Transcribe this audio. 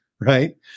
right